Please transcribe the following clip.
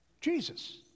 Jesus